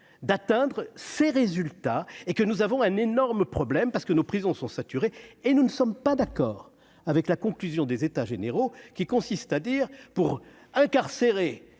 d'atteindre ces résultats et que nous avons un énorme problème parce que nos prisons sont saturés et nous ne sommes pas d'accord avec la conclusion des états généraux qui consiste à dire pour incarcérer